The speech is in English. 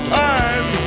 time